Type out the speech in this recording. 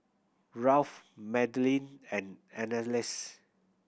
Ralph Madelyn and Anneliese